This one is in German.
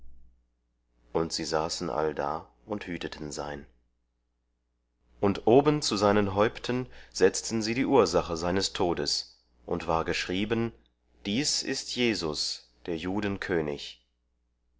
und sie saßen allda und hüteten sein und oben zu seinen häupten setzten sie die ursache seines todes und war geschrieben dies ist jesus der juden könig